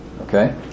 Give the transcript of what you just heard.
Okay